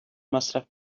مصرف